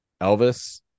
Elvis